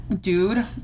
dude